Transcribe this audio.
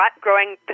growing